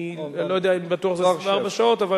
אני לא יודע אם בטוח זה 24 שעות, לא חשוב.